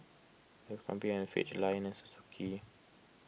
Fitch Lion and Suzuki